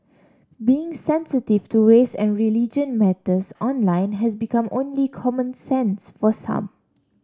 being sensitive to race and religion matters online has become only common sense for some